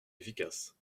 efficace